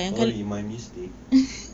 sorry my mistakes